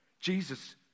Jesus